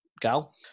gal